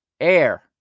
air